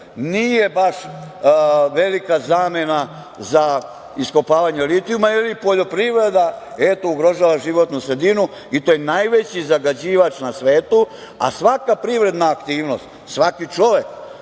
nije baš velika zamena za iskopavanje litijuma, jer i poljoprivreda ugrožava životnu sredinu. To je najveći zagađivač na svetu. Svaka privredna aktivnost, svaki čovek